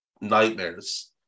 nightmares